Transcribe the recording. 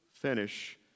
finish